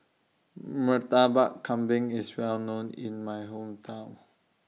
Murtabak Kambing IS Well known in My Hometown